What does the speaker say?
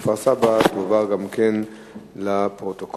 ובקריות לבין רמות האסתמה בקרב ילדי האזור.